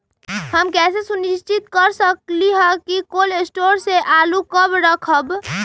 हम कैसे सुनिश्चित कर सकली ह कि कोल शटोर से आलू कब रखब?